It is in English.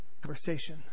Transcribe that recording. conversation